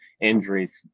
injuries